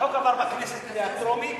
והחוק עבר בכנסת בקריאה טרומית,